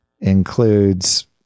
includes